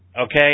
okay